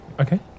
Okay